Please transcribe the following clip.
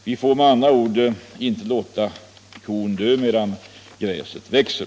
Vi får bildligt talat inte låta kon dö medan gräset växer.